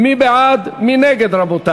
46 נגד, 33 בעד, אין נמנעים.